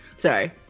Sorry